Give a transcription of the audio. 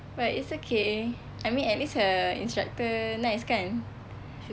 but it's okay I mean at least her instructor nice kan